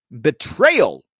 betrayal